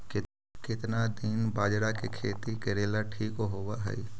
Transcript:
केतना दिन बाजरा के खेती करेला ठिक होवहइ?